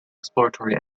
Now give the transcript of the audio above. exploratory